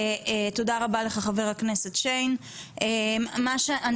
תודה רבה לך חבר הכנסת יוסי שיין.